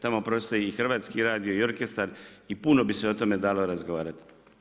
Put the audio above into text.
Tamo postoji i Hrvatski radio, i orkestar i puno bi se o tome dalo razgovarati.